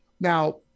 Now